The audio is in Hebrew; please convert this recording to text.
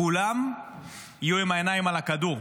כולם יהיו עם העיניים על הכדור.